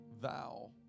Thou